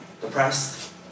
depressed